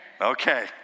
Okay